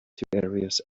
tiberius